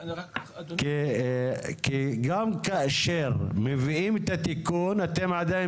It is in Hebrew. רק אדוני כי גם כאשר מביאים את התיקון אתם עדיין